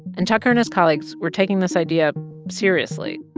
and tucker and his colleagues were taking this idea seriously.